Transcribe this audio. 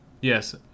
yes